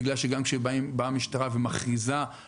בגלל שגם כשבאה משטרה ומכריזה: